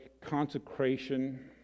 consecration